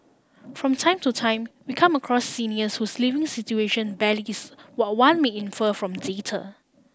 from time to time we come across seniors whose living situation belies what one may infer from data